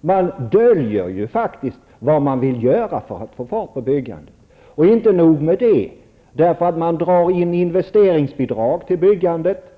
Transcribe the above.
Man döljer faktiskt vad man vill göra för att få fart på byggandet. Och inte nog med det! Man tar ju också bort investeringsbidrag till byggandet.